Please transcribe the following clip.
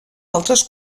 altres